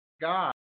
God